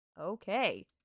Okay